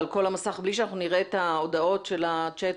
אבל יש לנו כלבים שכל הזמן מוזרמים לשוק.